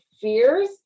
fears